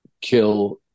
kill